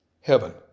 heaven